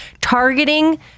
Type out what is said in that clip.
targeting